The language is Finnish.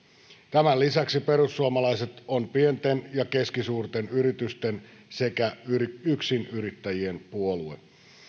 tämän lisäksi perussuomalaiset on pienten ja keskisuurten yritysten sekä yksinyrittäjien puolue